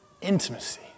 intimacy